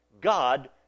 God